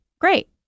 great